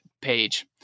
page